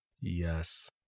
Yes